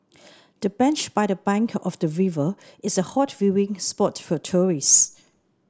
the bench by the bank of the river is a hot viewing spot for tourists